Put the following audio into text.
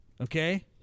okay